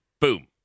boom